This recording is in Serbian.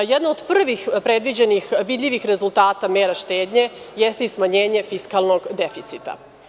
Jedan od prvih predviđenih vidljivih rezultata mera štednje jeste i smanjenje fiskalnog deficita.